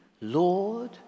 Lord